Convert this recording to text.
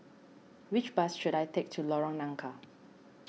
which bus should I take to Lorong Nangka